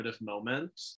moment